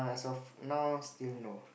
as of now still no